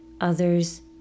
others